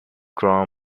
claw